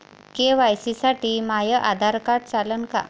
KYC साठी माह्य Aadhaar card चालन का?